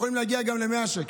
אנחנו יכולים להגיע גם ל-100 שקל.